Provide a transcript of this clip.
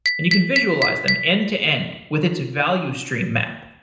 and you can visualize them end to end with its value stream map.